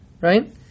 Right